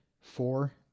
Four